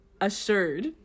assured